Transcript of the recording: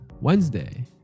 Wednesday